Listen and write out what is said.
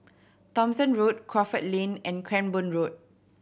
Thomson Road Crawford Lane and Cranborne Road